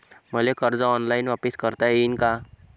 मले कर्ज ऑनलाईन वापिस करता येईन का?